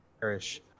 perish